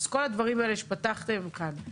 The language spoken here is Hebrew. כל הדברים האלה שפתחתם כאן.